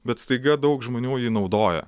bet staiga daug žmonių jį naudoja